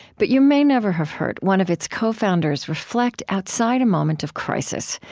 but you may never have heard one of its co-founders reflect outside a moment of crisis,